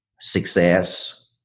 success